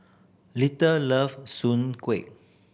little love Soon Kuih